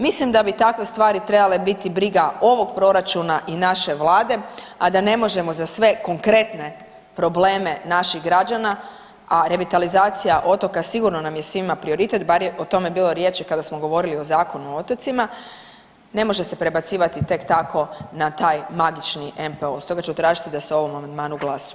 Mislim da bi takve stvari trebale biti briga ovog proračuna i naše Vlade, a da ne možemo za sve konkretne probleme naših građana, a revitalizacija otoka sigurno nam je svima prioritet bar je o tome bilo riječi kada smo govorili o Zakonu u otocima, ne može se prebacivati tek tako na taj magični NPOO, stoga ću tražiti da se o ovom amandmanu glasuje.